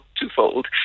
twofold